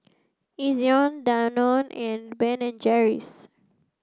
Ezion Danone and Ben and Jerry's